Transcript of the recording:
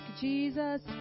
Jesus